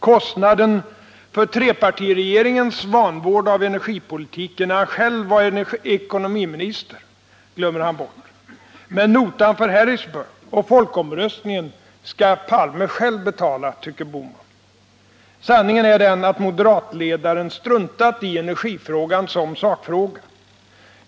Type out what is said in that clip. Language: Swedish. Kostnaden för trepartiregeringens vanvård av energipolitiken när han själv var ekonomiminister glömmer han. Men notan för Harrisburg och folkomröstningen skall Olof Palme själv betala, tycker Gösta Bohman. Sanningen är den att moderatledaren struntar i energipolitiken som sakfråga.